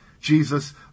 Jesus